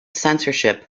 censorship